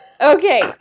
Okay